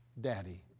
daddy